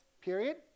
period